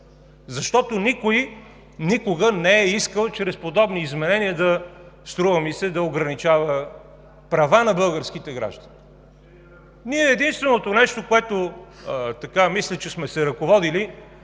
защото никой никога не е искал чрез подобни изменения, струва ми се, да ограничава права на българските граждани. Единственото нещо, от което мисля, че сме се ръководили